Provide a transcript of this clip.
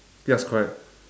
yes correct